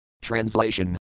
Translation